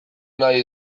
nahi